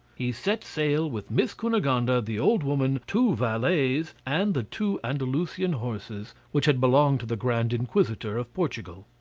he set sail with miss cunegonde, ah the old woman, two valets, and the two andalusian horses, which had belonged to the grand inquisitor of portugal.